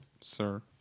Sir